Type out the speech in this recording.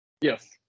Yes